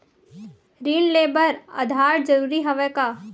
ऋण ले बर आधार जरूरी हवय का?